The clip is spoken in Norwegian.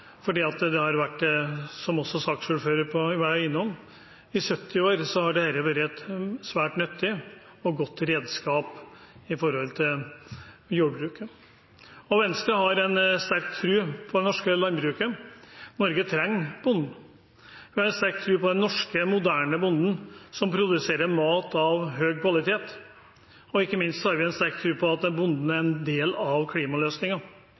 i 70 år vært et svært nyttig og godt redskap for jordbruket. Venstre har sterk tro på det norske landbruket. Norge trenger bonden. Vi har sterk tro på den norske moderne bonden som produserer mat av høy kvalitet. Ikke minst har vi sterk tro på at bonden er en del av